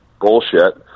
bullshit